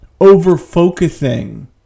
over-focusing